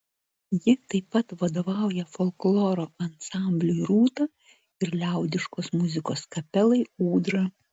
ji taip pat vadovauja folkloro ansambliui rūta ir liaudiškos muzikos kapelai ūdra